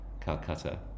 Calcutta